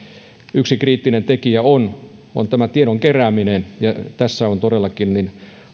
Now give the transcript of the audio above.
yksi kriittinen tekijä on tämä tiedon kerääminen ja tässä todellakin